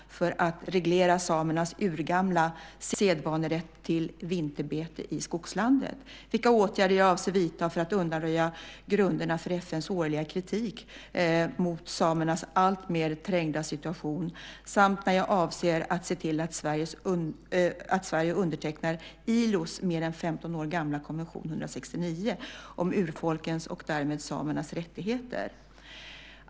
Herr talman! Liselott Hagberg har frågat mig vilka initiativ jag avser att vidta för att reglera samernas urgamla sedvanerätt till vinterbete i skogslandet, vilka åtgärder jag avser att vidta för att undanröja grunderna för FN:s årliga kritik mot samernas alltmer trängda situation samt när jag avser att se till att Sverige undertecknar ILO:s mer än 15 år gamla konvention nr 169 om urfolkens och därmed samernas rättigheter.